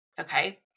okay